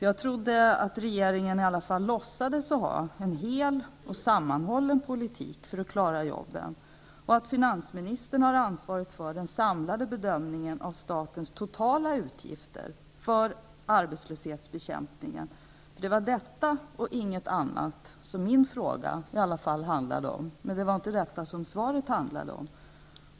Jag trodde att regeringen i alla fall låtsades att ha en hel och sammanhållen politik för att klara jobben och att finansministern har ansvaret för den samlade bedömningen av statens totala utgifter för arbetslöshetsbekämpningen. För det var i alla fall detta och ingenting annat som min fråga handlade om. Det var dock inte detta som svaret handlade om.